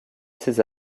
ses